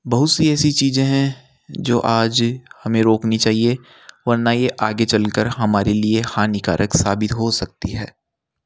बहुत सी ऐसी चीज़ें हैं जो आज हमें रोकनी चाहिए वरना ये आगे चलकर हमारे लिए हानिकारक साबित हो सकती है